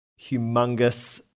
humongous